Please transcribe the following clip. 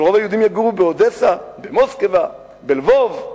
אבל רוב היהודים יגורו באודסה, במוסקבה, בלבוב.